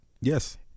Yes